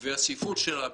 והצפיפות שלה,